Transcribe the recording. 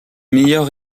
meilleur